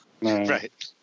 Right